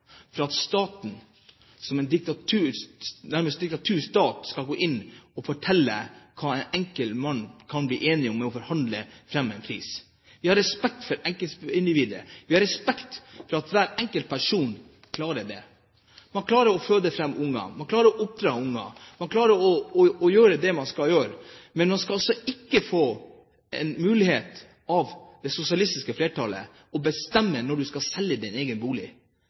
har respekt for enkeltindividet, vi har respekt for at hver enkelt person klarer det. Man klarer å føde fram barn, man klarer å oppdra barn, man klarer å gjøre det man skal gjøre, men man skal altså ikke få mulighet av det sosialistiske flertallet til å bestemme når man skal selge sin egen bolig.